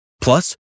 plus